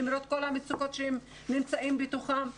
למרות כל המצוקות שהם נמצאים בתוכם.